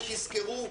ותזכרו,